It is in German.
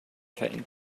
verenden